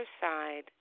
side